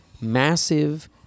massive